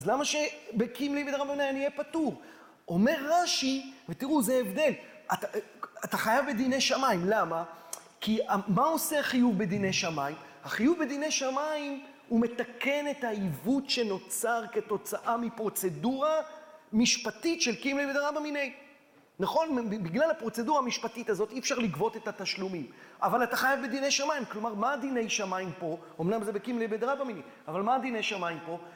אז למה שב-קם ליה ובדרבה מיניה, אני אהיה פטור? אומר רשי, ותראו זה ההבדל, אתה חייב בדיני שמיים, למה? כי מה עושה החיוב בדיני שמיים? החיוב בדיני שמיים הוא מתקן את העיוות שנוצר כתוצאה מפרוצדורה משפטית של קים ליה ובדרבה המיניה, נכון? בגלל הפרוצדורה המשפטית הזאת אי אפשר לגבות את התשלומים אבל אתה חייב בדיני שמיים, כלומר מה דיני שמיים פה, אמנם זה בקים ליה ובדרבה המיניה, אבל מה דיני שמיים פה?